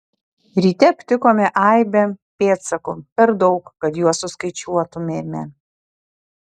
ryte aptikome aibę pėdsakų per daug kad juos suskaičiuotumėme